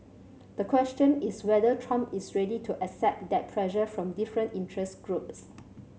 the question is whether Trump is ready to accept that pressure from different interest groups